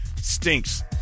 stinks